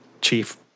chief